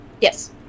Yes